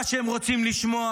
מה שהם רוצים לשמוע